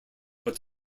but